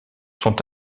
sont